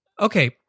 Okay